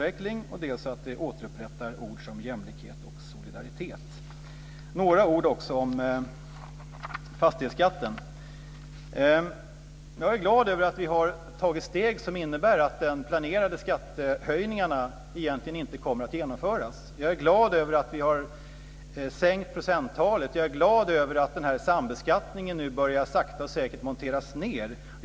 Jag vill också säga några ord om fastighetsskatten. Jag är glad över att vi har tagit steg som innebär att de planerade skattehöjningarna egentligen inte kommer att genomföras. Jag är glad över att vi har sänkt procenttalet. Jag är glad över att den här sambeskattningen nu sakta men säkert börjar monteras ned.